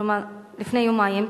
כלומר לפני יומיים,